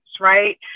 right